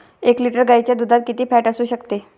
एक लिटर गाईच्या दुधात किती फॅट असू शकते?